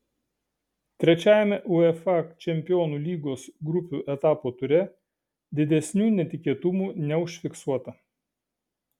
trečiajame uefa čempionų lygos grupių etapo ture didesnių netikėtumų neužfiksuota